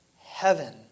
Heaven